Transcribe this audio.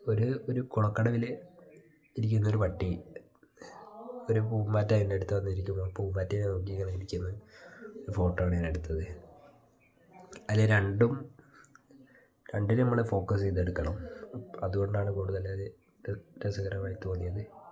ഒരു ഒരു കുളക്കടവിൽ ഇരിക്കുന്ന ഒരു പട്ടി ഒരു പൂമ്പാറ്റ അതിൻ്റടുത്ത് വന്നിരിക്കുമ്പോൾ പൂമ്പാറ്റയിനെ നോക്കി ഇങ്ങനെ ഇരിക്കുന്ന ഒരു ഫോട്ടോവാണ് ഞാനെടുത്തത് അതിൽ രണ്ടും രണ്ടിനും നമ്മൾ ഫോക്കസ് ചെയ്തെടുക്കണം അതുകൊണ്ടാണ് കൂടുതലത് രസകരമായി തോന്നിയത്